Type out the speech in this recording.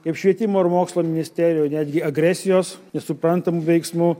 kaip švietimo ir mokslo ministerijoje netgi agresijos nesuprantamų veiksmų